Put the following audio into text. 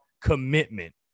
commitment